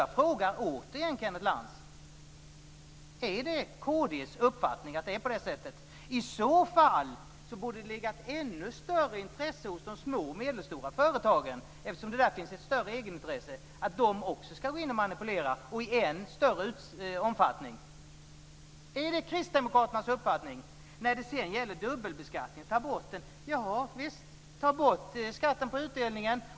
Jag frågar återigen Kenneth Lantz om det är kd:s uppfattning att det är på det sättet. I så fall borde det ligga ett ännu större intresse hos de små och medelstora företagen - eftersom det där finns ett större egenintresse - av att också manipulera i en än större omfattning. Är det kristdemokraternas uppfattning? Sedan talar ni om att ta bort dubbelbeskattningen. Javisst, ta bort skatten på utdelningen.